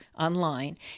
online